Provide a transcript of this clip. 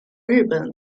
日本